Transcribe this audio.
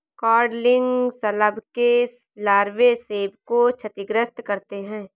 codling शलभ के लार्वे सेब को क्षतिग्रस्त करते है